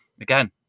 again